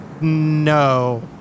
No